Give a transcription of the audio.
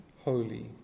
Holy